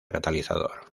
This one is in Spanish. catalizador